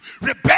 rebel